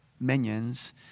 minions